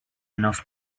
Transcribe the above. enough